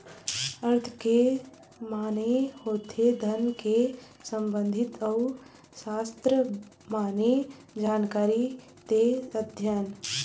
अर्थ के माने होथे धन ले संबंधित अउ सास्त्र माने जानकारी ते अध्ययन